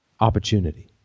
opportunity